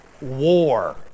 War